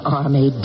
army